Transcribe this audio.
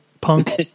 punk